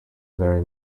very